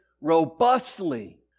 robustly